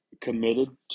committed